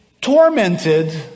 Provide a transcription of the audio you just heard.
tormented